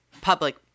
public